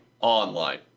online